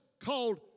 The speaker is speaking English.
called